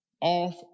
off